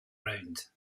round